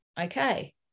okay